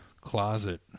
closet